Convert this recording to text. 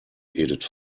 edith